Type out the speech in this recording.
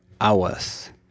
hours